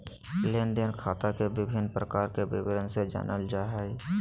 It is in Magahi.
लेन देन खाता के विभिन्न प्रकार के विवरण से जानल जाय हइ